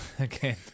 Okay